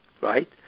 right